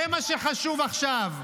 זה מה שחשוב עכשיו.